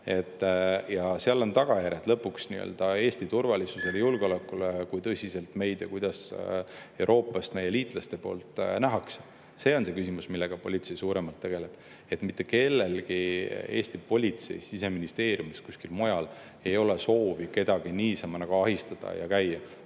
Ja sellel on tagajärjed lõpuks Eesti turvalisusele ja julgeolekule, sellele, kui tõsiselt meid Euroopast meie liitlaste poolt nähakse. See on see küsimus, millega politsei suuremalt tegeleb. Mitte kellelgi Eesti politseis, Siseministeeriumis, kuskil mujal ei ole soovi kedagi niisama ahistada.